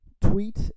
tweet